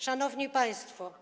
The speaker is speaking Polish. Szanowni Państwo!